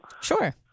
Sure